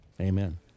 amen